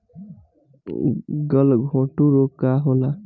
गलघोंटु रोग का होला?